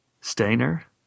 Stainer